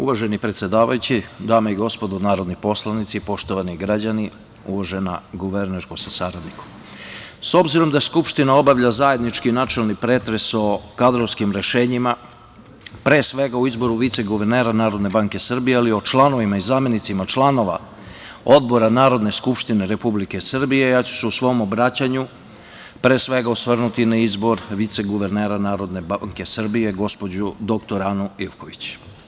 Uvaženi predsedavajući, dame i gospodo narodni poslanici, poštovani građani, uvažena guvernerko sa saradnikom, s obzirom da Skupština obavlja zajednički načelni pretres o kadrovskim rešenjima, pre svega o izboru viceguvernera NBS, ali i o članovima i zamenicima članova odbora Narodne skupštine Republike Srbije, ja ću se u svom obraćanju pre svega osvrnuti na izbor viceguvernera NBS gospođu dr Anu Ivković.